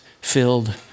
filled